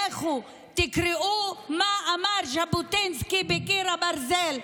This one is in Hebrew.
לכו תקראו מה אמר ז'בוטינסקי בקיר הברזל,